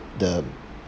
the